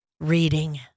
reading